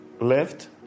left